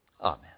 Amen